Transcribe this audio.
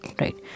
right